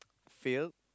fail